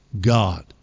God